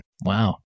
Wow